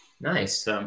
Nice